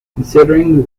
considering